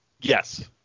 Yes